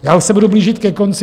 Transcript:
Já už se budu blížit ke konci.